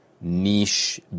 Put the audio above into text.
niche